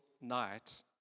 night